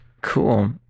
Cool